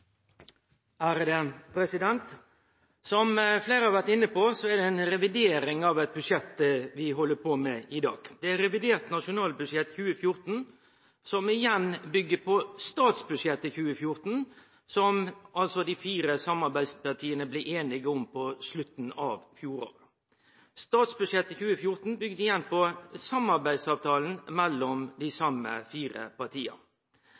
det, president, det gjør jeg i aller høyeste grad. Representant Svein Flåtten har tatt opp det forslaget han refererte til. Som fleire har vore inne på, er det ei revidering av eit budsjett vi held på med i dag. Det er revidert nasjonalbudsjett for 2014, som igjen byggjer på statsbudsjettet for 2014, som dei fire samarbeidspartia blei einige om på slutten av fjoråret. Statsbudsjettet for 2014